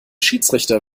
schiedsrichter